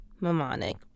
mnemonic